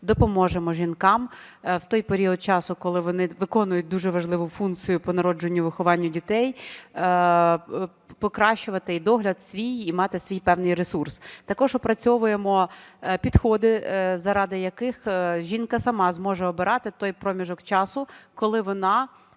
допоможемо жінкам в той період часу, коли вони виконують дуже важливу функцію по народженню і вихованню дітей, покращувати і догляд свій, і мати свій певний ресурс. Також опрацьовуємо підходи, заради яких жінка сама зможе обирати той проміжок часу, коли вона